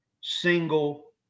single